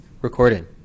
recording